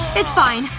it's fine.